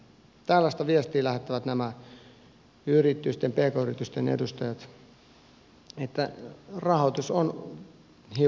tällaista viestiä lähettävät nämä pk yritysten edustajat että rahoitus on hiukan tahmeaa